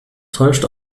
täuscht